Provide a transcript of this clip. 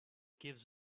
gives